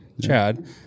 chad